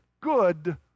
good